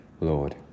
Lord